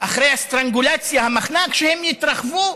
אחרי הסטרנגלציה, המחנק, שהם יתרחבו